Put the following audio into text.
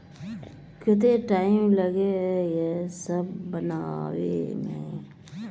केते टाइम लगे है ये सब बनावे में?